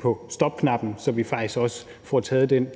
på stopknappen, så vi faktisk også får taget den